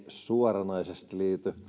suoranaisesti liity